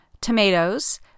tomatoes